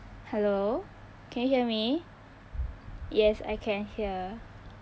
hello can you hear me yes I can hear